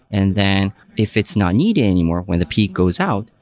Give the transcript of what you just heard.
and then if it's not needed anymore when the peak goes out,